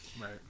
Right